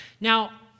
Now